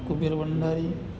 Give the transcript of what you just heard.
Kuber Bhandari